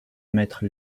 mettre